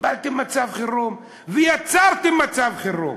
קיבלתם מצב חירום ויצרתם מצב חירום.